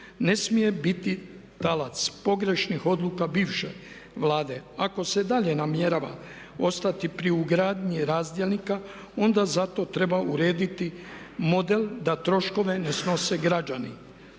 ne smije biti talac pogrešnih odluka bivše Vlade. Ako se dalje namjerava ostati pri ugradnji razdjelnika, onda za to treba urediti model da troškove ne snose građani.